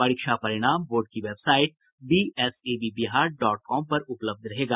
परीक्षा परिणाम बोर्ड की website BSEB Bihar dot com पर उपलब्ध रहेगा